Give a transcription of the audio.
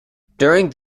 during